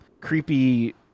creepy